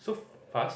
so fast